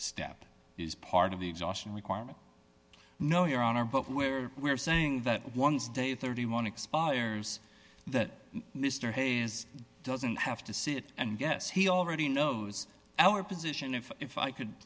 step is part of the exhaustion requirement no your honor but where we are saying that once day thirty one expires that mr hayes doesn't have to sit and guess he already knows our position if i could